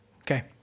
Okay